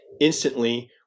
instantly